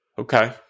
Okay